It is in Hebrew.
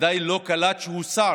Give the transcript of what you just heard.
עדיין לא קלט שהוא שר.